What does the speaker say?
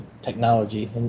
technology